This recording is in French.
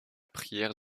prière